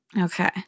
Okay